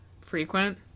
Frequent